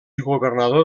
governador